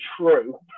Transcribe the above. true